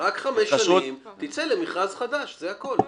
רק חמש שנים, תצא למכרז חדש, זה הכול.